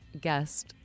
guest